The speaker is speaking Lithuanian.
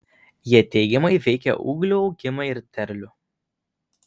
jie teigiamai veikia ūglių augimą ir derlių